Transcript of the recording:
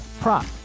prop